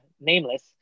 nameless